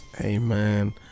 amen